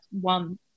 one